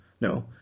No